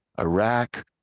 Iraq